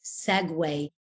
segue